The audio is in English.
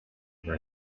other